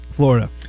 Florida